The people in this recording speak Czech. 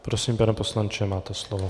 Prosím, pane poslanče, máte slovo.